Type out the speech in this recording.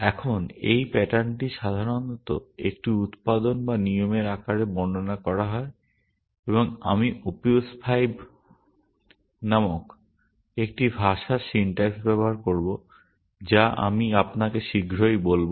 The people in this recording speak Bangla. এখন এই প্যাটার্নটি সাধারণত একটি উত্পাদন বা নিয়মের আকারে বর্ণনা করা হয় এবং আমি ওপিউস 5 নামক একটি ভাষার সিনট্যাক্স ব্যবহার করব যা আমি আপনাকে শীঘ্রই বলব